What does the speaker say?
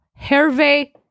Hervé